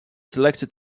selected